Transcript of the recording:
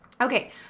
Okay